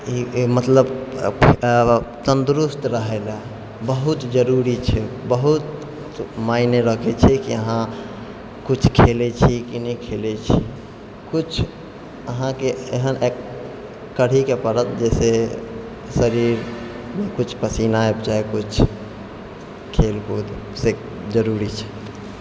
ई मतलब तन्दूरुस्त रहै लए बहुत जरूरी छै बहुत मायने रखै छै की अहाँ कुछ खेलै छै कि नहि खेलै छी कुछ अहाँके एहन करैके पड़त जैसे शरीरमे कुछ पसीना आबि जाइ कुछ खेल कूदसँ से जरूरी छै